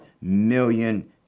million